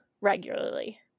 regularly